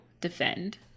defend